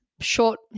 Short